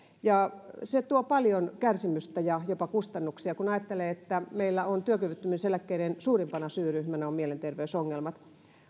ja se tuo paljon kärsimystä ja jopa kustannuksia kun ajattelee että meillä on työkyvyttömyyseläkkeiden suurimpana syyryhmänä mielenterveysongelmat